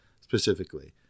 specifically